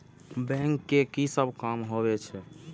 Bank के की सब काम होवे छे?